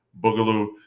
boogaloo